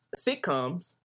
sitcoms